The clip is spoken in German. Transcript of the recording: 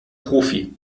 profi